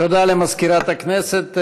תודה למזכירת הכנסת.